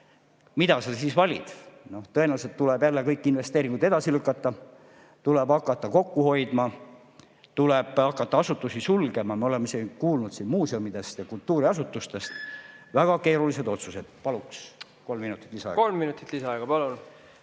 Mida sa siis valid? Tõenäoliselt tuleb jälle kõik investeeringud edasi lükata, tuleb hakata kokku hoidma, tuleb hakata asutusi sulgema. Me oleme kuulnud muuseumide ja kultuuriasutuste sulgemisest. Väga keerulised otsused. Paluks kolm minutit lisaaega.